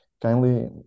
kindly